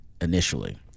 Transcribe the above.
initially